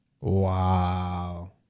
Wow